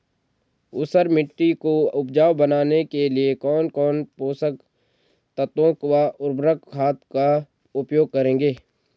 ऊसर मिट्टी को उपजाऊ बनाने के लिए कौन कौन पोषक तत्वों व उर्वरक खाद का उपयोग करेंगे?